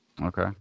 okay